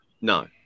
No